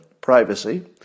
privacy